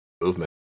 movement